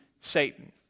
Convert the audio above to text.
Satan